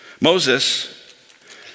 Moses